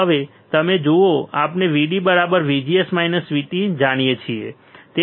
હવે તમે જુઓ આપણે VD VGS VT જાણીએ છીએ